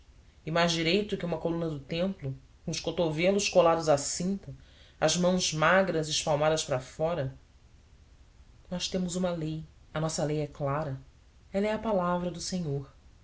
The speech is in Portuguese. mais direito que uma coluna do templo com os cotovelos colados à cinta as mãos magras espalmadas para fora nós temos uma lei a nossa lei é clara ela é a palavra do senhor